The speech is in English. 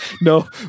No